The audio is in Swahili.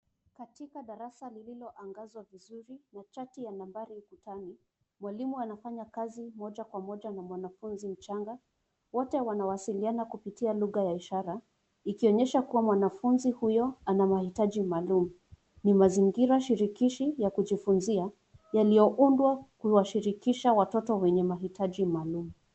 Katika darasa lililoangazwa vizuri, na chati ya nambari ukutani, mwalimu anafanya kazi moja kwa moja na mwanafunzi mchanga. Wote wanawasiliana kupitia lugha ya ishara ikionyesha kuwa mwanafunzi huyo ana mahitaji maalum. Ni mazingira shirikishi ya kujifunzia yaliyoundwa kuwashirikisha watoto wenye mahitaji maalum.